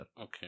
Okay